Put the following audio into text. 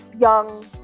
young